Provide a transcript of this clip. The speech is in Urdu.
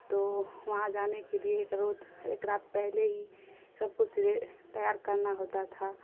تو وہاں جانے کے لیے ایک روت ایک رات پہلے ہی سب کچھ تیار کرنا ہوتا تھا